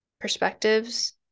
perspectives